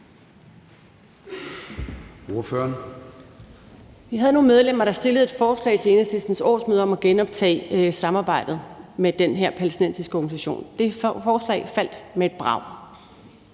Vi havde nogle medlemmer, der til Enhedslistens årsmøde stillede et forslag om at genoptage samarbejdet med den her palæstinensiske organisation. Det forslag faldt med et brag.